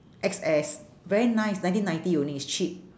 X_S very nice nineteen ninety only it's cheap